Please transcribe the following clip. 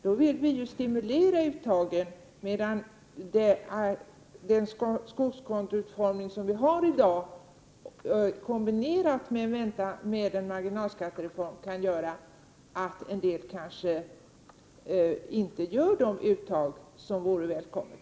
Då vill vi ju stimulera uttaget, medan den skogskontoutformning som vi har i dag kombinerad med en marginalskattereform kan göra att en del kanske inte gör detta uttag som vore välkommet.